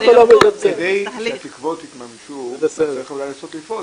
כדי שהתקוות יתממשו אתה צריך אולי לנסות לפעול,